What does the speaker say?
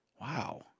Wow